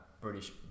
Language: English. British